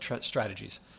strategies